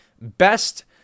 best